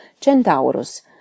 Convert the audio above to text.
Centaurus